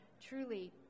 truly